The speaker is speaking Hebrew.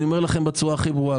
אני אומר לכם בצורה הכי ברורה,